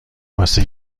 واسه